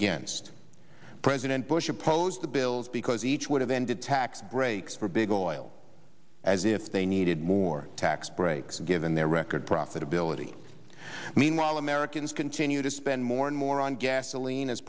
against president bush opposed the bills because each would have ended breaks for big oil as if they needed more tax breaks given their record profitability meanwhile americans continue to spend more and more on gasoline